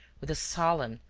with a solemn,